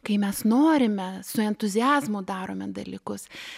kai mes norime su entuziazmu darome dalykus